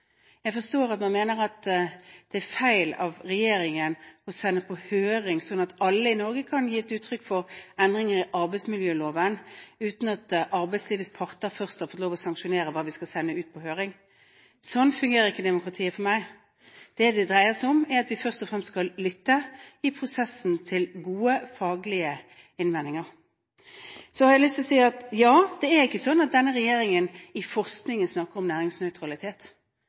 Jeg forstår at man mener at det er feil av regjeringen å sende på høring, sånn at alle i Norge kan uttrykke seg om endringer i arbeidsmiljøloven, uten at arbeidslivets parter først har fått lov til å sanksjonere hva vi skal sende ut på høring. Sånn fungerer ikke demokratiet for meg. Det det dreier seg om, er at vi i prosessen først og fremst skal lytte til gode, faglige innvendinger. Så har jeg lyst til å si at denne regjeringen ikke snakker om næringsnøytralitet